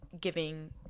giving